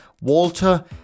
Walter